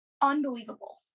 unbelievable